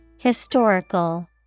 Historical